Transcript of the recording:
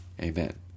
amen